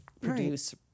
produce